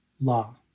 law